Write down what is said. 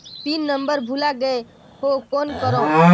Pin number भुला गयें हो कौन करव?